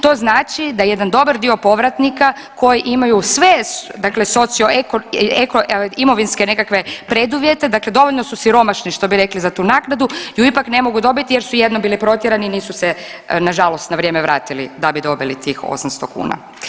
To znači da jedan dobar dio povratnika koji imaju sve dakle imovinske nekakve preduvjete, dakle dovoljno su siromašni što bi rekli za tu naknadu je ipak ne mogu dobiti jer su jednom bili protjerani nisu se na žalost na vrijeme vratili da bi dobili tih 800 kuna.